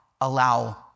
allow